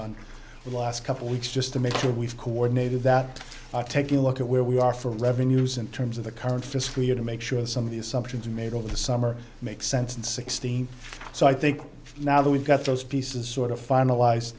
on the last couple weeks just to make sure we've coordinated that taking a look at where we are for revenues in terms of the current fiscal year to make sure that some of the assumptions made over the summer make sense and sixteen so i think now that we've got those pieces sort of finali